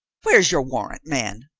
where's your warrant, man?